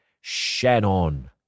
Shannon